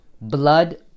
blood